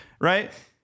right